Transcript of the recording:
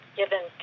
given